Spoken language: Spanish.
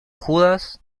judas